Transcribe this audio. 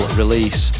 release